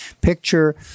picture